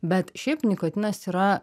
bet šiaip nikotinas yra